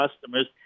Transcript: customers